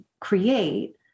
create